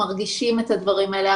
מרגישים את הדברים האלה.